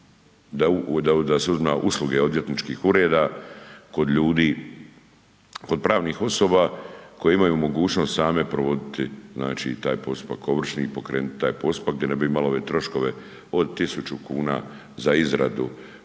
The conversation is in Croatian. da se uzima usluge odvjetničkih ureda kod ljudi, kod pravnih osoba koje imaju mogućnost same provoditi znači taj postupak ovršni i pokrenut taj postupak, gdje ne bi imali ove troškove od 1.000 kuna za izradu